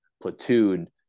Platoon